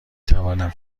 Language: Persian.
توانم